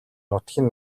нутгийн